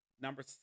Number